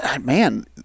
man